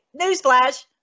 newsflash